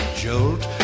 jolt